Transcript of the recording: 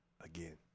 again